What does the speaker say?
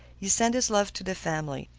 he sent his love to the family.